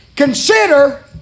consider